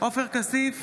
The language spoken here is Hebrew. עופר כסיף,